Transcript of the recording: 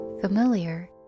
familiar